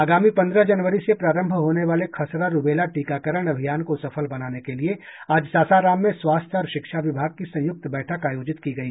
आगामी पंद्रह जनवरी से प्रारम्भ होने वाले खसरा रूबेला टीकाकरण अभियान को सफल बनाने के लिए आज सासाराम में स्वास्थ्य और शिक्षा विभाग की संयुक्त बैठक आयोजित की गई